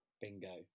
Bingo